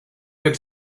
could